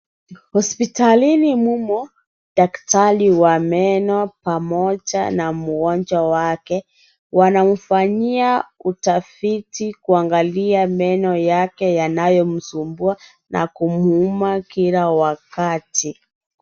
Hospitalini mumo daktari wa meno pamoja na mgonjwa wake . Wanamfanyia utafiti kuangalia meno yake yanayomsumbua na kumuuma kila wakati .